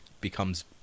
becomes